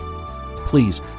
Please